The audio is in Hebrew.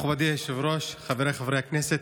מכובדי היושב-ראש, חבריי חברי הכנסת,